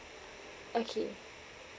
okay